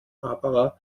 barbara